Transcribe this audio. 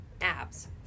abs